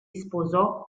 sposò